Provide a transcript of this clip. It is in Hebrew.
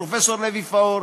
פרופסור לוי-פאור,